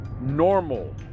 Normal